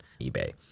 eBay